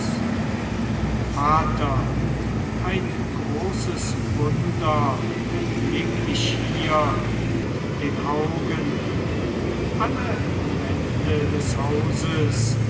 vater ein großes wunder erblick ich hier mit den augen alle wände des hauses